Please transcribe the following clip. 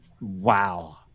Wow